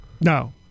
No